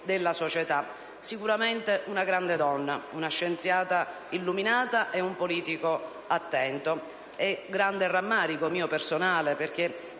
della società. Sicuramente è stata una grande donna, una scienziata illuminata e un politico attento. Grande è il mio personale